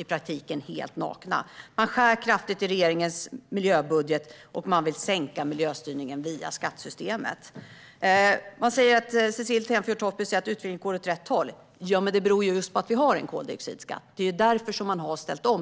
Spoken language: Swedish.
i praktiken helt nakna. Man skär kraftigt i regeringens miljöbudget, och man vill sänka miljöstyrningen via skattesystemet. Cecilie Tenfjord-Toftby säger att utvecklingen går åt rätt håll. Men det beror ju på att vi har en koldioxidskatt. Det är därför man har ställt om.